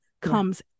comes